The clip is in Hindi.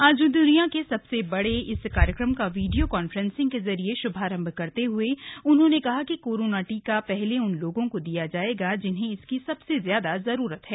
आज द्निया के सबसे बड़े इस कार्यक्रम का वीडियो कांफ्रेंसिंग के जरिए श्भारंभ करते हुए उन्होंने कहा कि कोरोना टीका सहले उन लोगों को दिया जाएगा जिन्हें इसकी सबसे अधिक आवश्यकता है